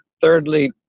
Thirdly